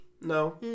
No